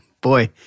Boy